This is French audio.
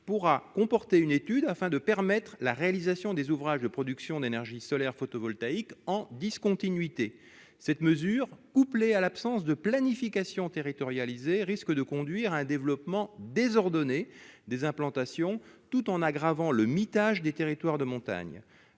pourra comporter une étude afin de permettre la réalisation des ouvrages de production d'énergie solaire photovoltaïque en discontinuité cette mesure ou plaît à l'absence de planification territorialisée, risque de conduire à un développement désordonné des implantations, tout en aggravant le mitage des territoires de montagne